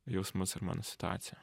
jausmus ir mano situaciją